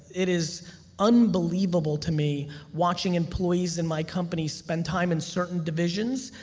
it is unbelievable to me watching employees in my company spend time in certain divisions,